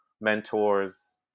mentors